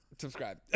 subscribe